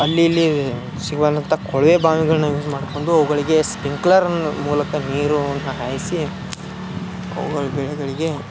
ಅಲ್ಲಿ ಇಲ್ಲಿ ಕೊಳವೆ ಬಾವಿಗಳನ್ನ ಯೂಸ್ ಮಾಡಿಕೊಂಡು ಅವುಗಳಿಗೆ ಸ್ಪಿಂಕ್ಲರ್ ಮೂಲಕ ನೀರನ್ನ ಹಾಯಿಸಿ ಅವುಗಳ ಬೆಳೆಗಳಿಗೆ